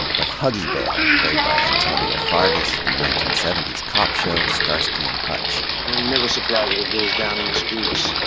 like huggy bear, played by antonio fargas, in the nineteen seventy s cop show, starsky and hutch. i ain't never surprised what goes down in the streets.